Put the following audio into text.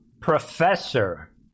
professor